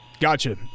Gotcha